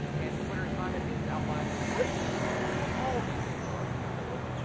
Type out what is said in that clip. and the twitter assignment is outlined in great detail, as all these things are in the syllabus,